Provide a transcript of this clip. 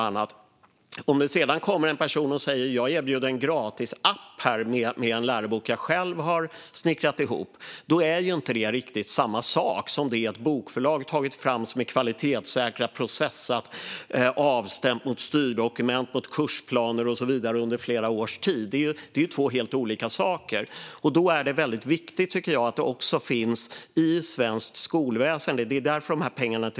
Om det sedan kommer en person och erbjuder en gratisapp med en lärobok som denne själv har snickrat ihop är det inte riktigt samma sak som det material som ett bokförlag har tagit fram som är kvalitetssäkrat, processat, avstämt mot styrdokument, kursplaner och så vidare under flera års tid. Det är två helt olika saker. Då är det viktigt att pengar till läromedel också finns i svenskt skolväsen.